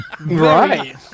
Right